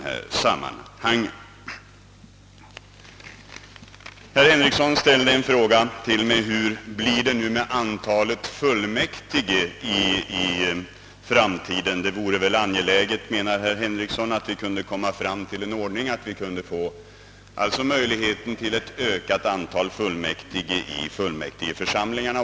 Herr Henrikson frågade mig hur det blir med antalet kommunalfullmäktige i framtiden. Han menade att det är angeläget med ett större antal fullmäktige i fullmäktigeförsamlingarna.